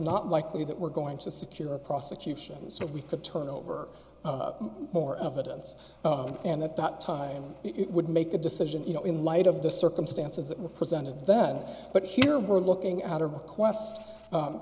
not likely that we're going to secure prosecution so we could turn over more evidence and at that time it would make a decision you know in light of the circumstances that we presented that but here we're looking at